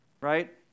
right